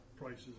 prices